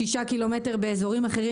שישה קילומטרים באזורים אחרים.